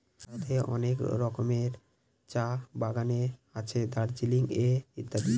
ভারতের অনেক রকমের চা বাগানে আছে দার্জিলিং এ ইত্যাদি